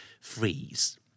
Freeze